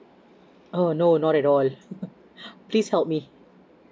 oh no not at all please help me